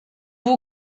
vous